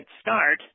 start